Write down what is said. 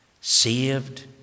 Saved